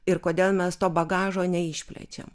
ir kodėl mes to bagažo neišplečiam